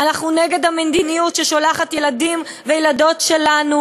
אנחנו נגד המדיניות ששולחת ילדים וילדות שלנו